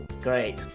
Great